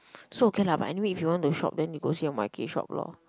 so okay lah but anyway if you want to shop then you go see your shop loh